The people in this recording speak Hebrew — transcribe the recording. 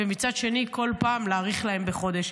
ומצד שני כל פעם להאריך להם בחודש.